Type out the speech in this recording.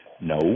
No